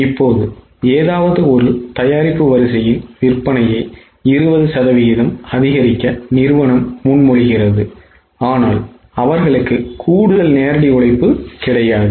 இப்போது ஏதாவது ஒரு தயாரிப்பு வரிசையின் விற்பனையை 20 சதவீதம் அதிகரிக்க நிறுவனம் முன்மொழிகிறது ஆனால் அவர்களுக்கு கூடுதல் நேரடி உழைப்பு இல்லை